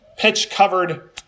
pitch-covered